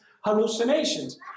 hallucinations